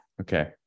Okay